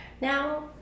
Now